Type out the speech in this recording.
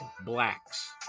blacks